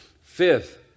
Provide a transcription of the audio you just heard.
Fifth